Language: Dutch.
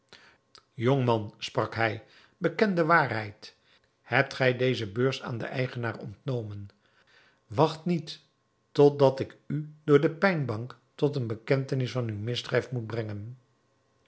jongman sprak hij beken de waarheid hebt gij deze beurs aan den eigenaar ontnomen wacht niet tot dat ik u door de pijnbank tot bekentenis van uw misdrijf moet brengen